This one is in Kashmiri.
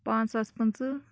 پانٛژھ ساس پٕنٛژٕ